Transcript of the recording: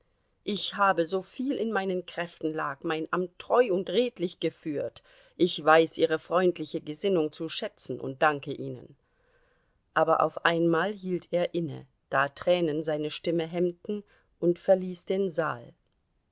ich habe soviel in meinen kräften lag mein amt treu und redlich geführt ich weiß ihre freundliche gesinnung zu schätzen und danke ihnen aber auf einmal hielt er inne da tränen seine stimme hemmten und verließ den saal